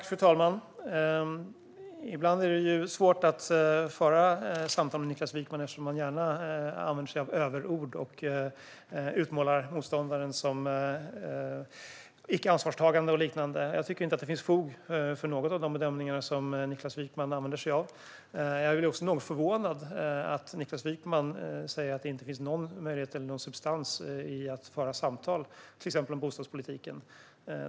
Fru talman! Ibland är det svårt att föra samtal med Niklas Wykman eftersom han gärna använder sig av överord och utmålar motståndaren som icke ansvarstagande och liknande. Jag tycker inte att det finns fog för någon av de bedömningar som Niklas Wykman använder sig av. Jag är också något förvånad över att Niklas Wykman säger att det inte finns någon möjlighet eller någon substans när det gäller att föra samtal till exempel om bostadspolitiken.